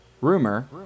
Rumor